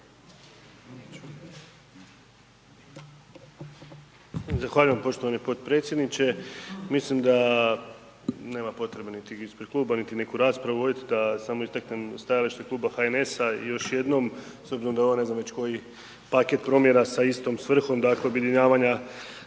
Zahvaljujem poštovani potpredsjedniče. Mislim da nema potrebe niti ispred kluba niti neku raspravu voditi, da samo istaknem stajalište Kluba HNS-a i još jednom, s obzirom da je ovo već ne znam koji paket promjena sa istom svrhom, dakle objedinjavanja